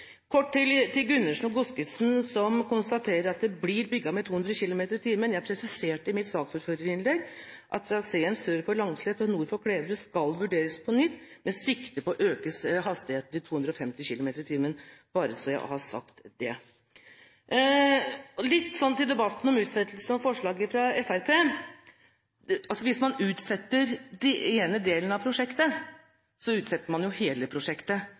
Kort til representantene Gundersen og Godskesen, som konstaterer at det blir dimensjonert til 250 km/t. Jeg presiserte i mitt saksordførerinnlegg at traseen sør for Langset og nord for Kleverud skal vurderes på nytt med sikte på å øke hastigheten til 250 km/t – bare så jeg har sagt det. Så til debatten om utsettelse i forslaget fra Fremskrittspartiet. Hvis man utsetter den ene delen av prosjektet, utsetter man hele prosjektet,